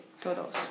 todos